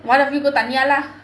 one of you go tanya lah